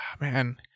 man